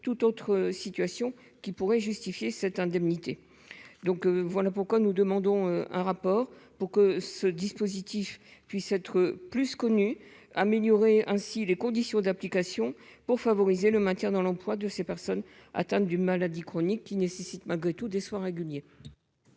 toute autre situation qui pourrait justifier cette indemnité, donc voilà pourquoi nous demandons un rapport pour que ce dispositif puisse être plus connu améliorer ainsi les conditions d'application pour favoriser le maintien dans l'emploi de ces personnes atteintes du maladie chroniques qui nécessitent malgré tout des soins réguliers.